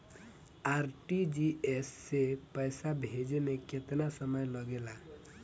RTGS से पैसा भेजे में केतना समय लगे ला?